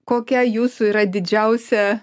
kokia jūsų yra didžiausia